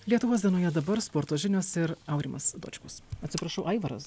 lietuvos dienoje dabar sporto žinios ir aurimas dočkus atsiprašau aivaras